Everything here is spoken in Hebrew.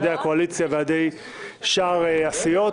על ידי הקואליציה ועל ידי שאר הסיעות,